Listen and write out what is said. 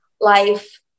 life